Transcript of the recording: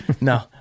no